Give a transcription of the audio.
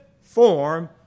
form